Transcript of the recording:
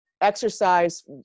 exercise